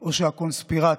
או הקונספירציה?